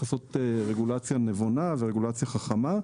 לעשות רגולציה נבונה ורגולציה חכמה,